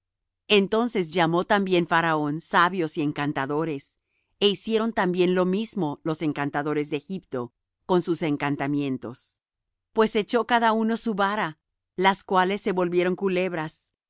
entonces llamó también faraón sabios y encantadores é hicieron también lo mismo los encantadores de egipto con sus encantamientos pues echó cada uno su vara las cuales se volvieron culebras